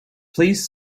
please